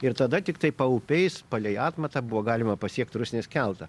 ir tada tiktai paupiais palei atmatą buvo galima pasiekt rusnės keltą